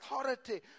authority